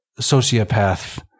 sociopath